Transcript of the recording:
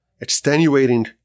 extenuating